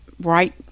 right